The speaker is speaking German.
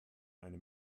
eine